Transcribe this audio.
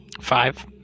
Five